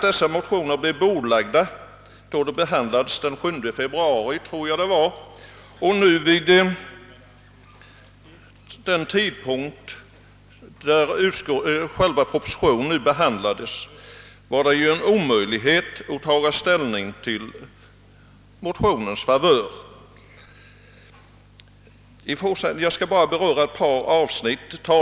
Dessa motioner bordlades då de behandlades — jag tror det var den 7 februari — och vid den tidpunkt då själva propositionen behandlades var det omöjligt att ta en ställning till motionernas favör. Jag skall endast beröra ett par avsnitt i utlåtandet.